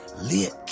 lit